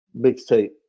mixtape